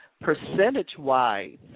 percentage-wise